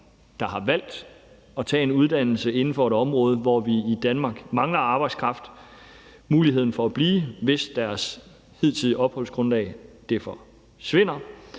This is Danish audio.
der har valgt at tage en uddannelse inden for et område, hvor vi i Danmark mangler arbejdskraft, mulighed for at blive, hvis deres hidtidige opholdsgrundlag forsvinder.